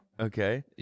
Okay